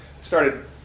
started